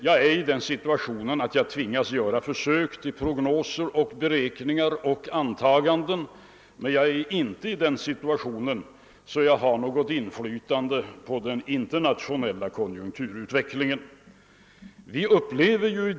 Jag är i den situationen att jag tvingas göra prognoser, beräkningar och antaganden, men jag är inte i den situationen att jag har något inflytande över den internationella konjunkturutvecklingen.